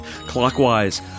Clockwise